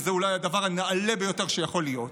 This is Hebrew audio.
שזה אולי הדבר הנעלה ביותר שיכול להיות,